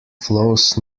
flows